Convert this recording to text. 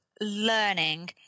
learning